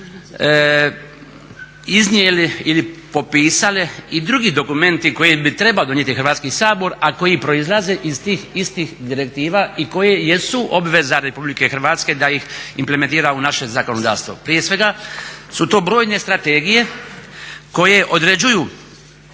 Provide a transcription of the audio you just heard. iznijeli ili popisali i drugi dokumenti koje bi trebao donijeti Hrvatski sabor a koji proizlazi iz tih istih direktiva i koje jesu obveza RH da ih implementira u naše zakonodavstvo. Prije svega su to brojne strategije koje određuju